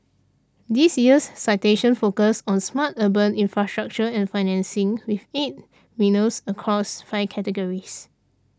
this year's citations focus on smart urban infrastructure and financing with eight winners across five categories